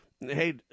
hey